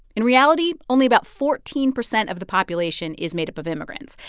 in reality, only about fourteen percent of the population is made up of immigrants,